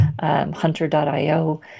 Hunter.io